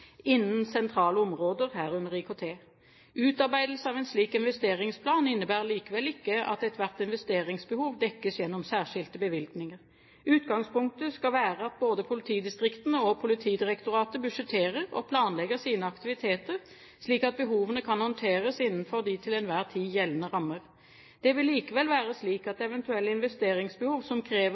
innen sentrale områder, herunder IKT. Utarbeidelse av en slik investeringplan innebærer likevel ikke at ethvert investeringsbehov dekkes gjennom særskilte bevilgninger. Utgangspunktet skal være at både politidistriktene og Politidirektoratet budsjetterer og planlegger sine aktiviteter, slik at behovene kan håndteres innenfor de til enhver tid gjeldende rammer. Det vil likevel være slik at eventuelle investeringsbehov som krever